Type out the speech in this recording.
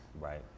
right